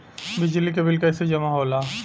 बिजली के बिल कैसे जमा होला?